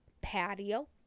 patio